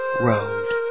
road